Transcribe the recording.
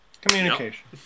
Communication